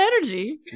energy